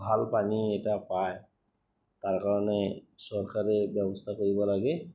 ভাল পানী এটা পায় তাৰ কাৰণে চৰকাৰে ব্যৱস্থা কৰিব লাগে